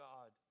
God